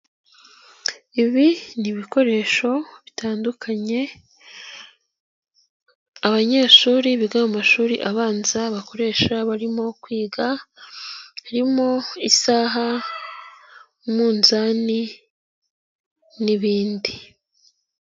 Ibi ni ibikoresho bitandukanye abanyeshuri biga mu mashuri abanza bakoresha barimo kwiga harimo isaha, umunzani n'ibindi.